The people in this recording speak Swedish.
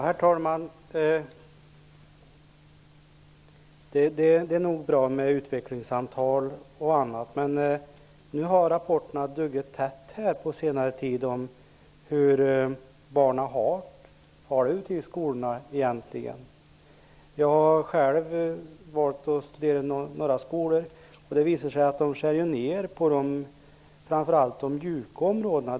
Herr talman! Det är nog bra med utvecklingssamtal och annat. Men nu på senare tid har rapporterna om hur barnen egentligen har det i skolorna duggat tätt. Jag har själv valt att studera några skolor. Det visar sig att man skär ner på framför allt de mjuka områdena.